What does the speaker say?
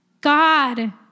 God